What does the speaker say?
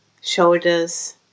shoulders